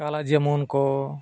ᱠᱟᱞᱟ ᱡᱟᱢᱚᱱ ᱠᱚ